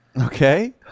Okay